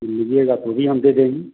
लीजिएगा तो भी हम दे देंगे